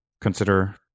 consider